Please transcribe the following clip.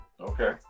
Okay